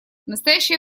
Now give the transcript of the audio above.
настоящее